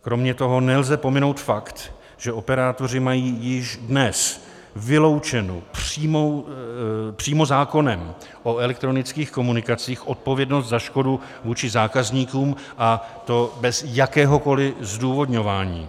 Kromě toho nelze pominout fakt, že operátoři mají již dnes vyloučenu přímo zákonem o elektronických komunikacích odpovědnost za škodu vůči zákazníkům, a to bez jakéhokoli zdůvodňování.